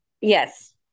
Yes